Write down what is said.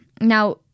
Now